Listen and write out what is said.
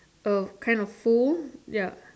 oh kind of full ya